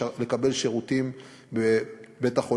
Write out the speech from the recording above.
לקבל שירותים בבית-החולים,